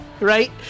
right